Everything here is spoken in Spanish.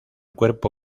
cuerpo